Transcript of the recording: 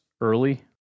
early